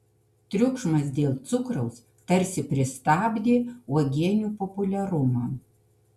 triukšmas dėl cukraus tarsi pristabdė uogienių populiarumą